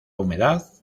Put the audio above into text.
humedad